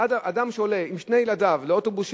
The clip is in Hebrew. ואדם שעולה עם שני ילדיו לאוטובוס,